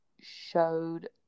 showed